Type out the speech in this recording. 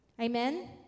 Amen